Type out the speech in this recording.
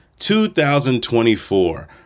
2024